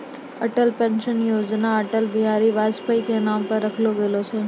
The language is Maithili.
अटल पेंशन योजना अटल बिहारी वाजपेई के नाम पर रखलो गेलो छै